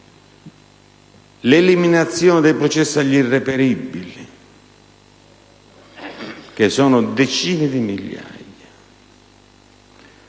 l'eliminazione del processo agli irreperibili, che sono decine di migliaia,